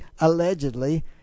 allegedly